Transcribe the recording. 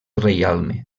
reialme